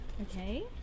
Okay